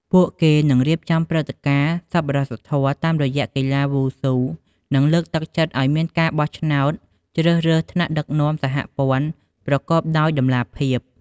ពួកគេនឹងរៀបចំព្រឹត្តិការណ៍សប្បុរសធម៌តាមរយៈកីឡាវ៉ូស៊ូនឹងលើកទឹកចិត្តឲ្យមានការបោះឆ្នោតជ្រើសរើសថ្នាក់ដឹកនាំសហព័ន្ធប្រកបដោយតម្លាភាព។